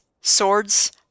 swords